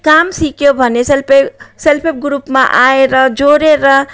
काम सिक्यो भने सेल्पहेल्प सेल्पहेल्प ग्रुपमा आएर जोडिएर